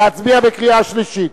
להצביע בקריאה שלישית?